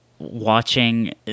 watching